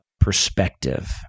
perspective